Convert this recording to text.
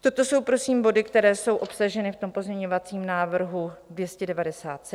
Toto jsou prosím body, které jsou obsaženy v tom pozměňovacím návrhu 297.